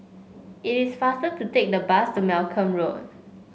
it is faster to take the bus to Malcolm Road